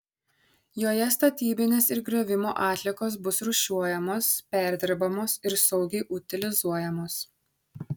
joje statybinės ir griovimo atliekos bus rūšiuojamos perdirbamos ir saugiai utilizuojamos